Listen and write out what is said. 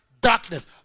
darkness